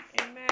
Amen